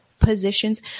positions